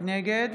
נגד